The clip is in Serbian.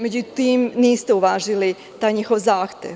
Međutim, niste uvažili taj njihov zahtev.